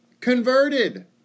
converted